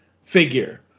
figure